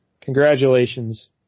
Congratulations